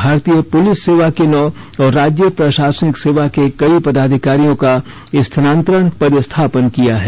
भारतीय पुलिस सेवा के नौ और राज्य प्रशासनिक सेवा के कई पदाधिकारियों का स्थानांतरण पदस्थापना किया है